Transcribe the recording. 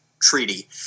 treaty